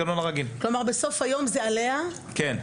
כלומר, בסוף היום זה עליה כן.